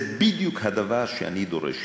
זה בדיוק הדבר שאני דורש.